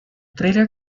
trailer